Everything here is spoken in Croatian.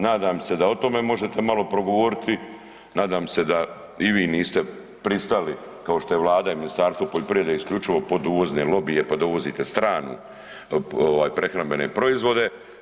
Nadam se da o tome možete malo progovoriti, nadam se da i vi niste pristali kao što je vlada i Ministarstvo poljoprivrede isključivo pod uvozne lobije, pa dovozite stranu ovaj prehrambene proizvode.